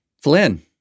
Flynn